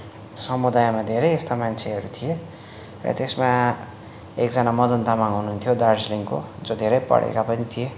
समुदायमा धेरै यस्ता छ मान्छेहरू थिए र त्यसमा एकजना मदन तामङ हुनुहुन्थ्यो दार्जलिङको जो धेरै पढेका पनि थिए